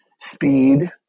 speed